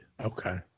Okay